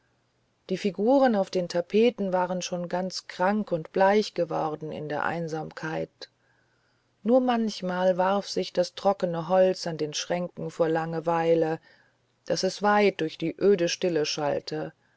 die figuren auf den tapeten waren schon ganz krank und bleich geworden in der einsamkeit nur manchmal warf sich das trockne holz an den schränken vor langeweile daß es weit durch die öde stille schallte